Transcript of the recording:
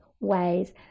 ways